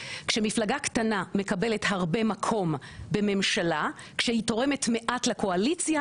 כשמפלגה קטנה מקבלת הרבה מקום בממשלה כשהיא תורמת מעט לקואליציה,